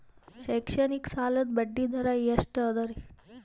ಶೈಕ್ಷಣಿಕ ಸಾಲದ ಬಡ್ಡಿ ದರ ಎಷ್ಟು ಅದರಿ?